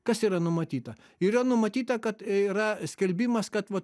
kas yra numatyta yra numatyta kad yra skelbimas kad va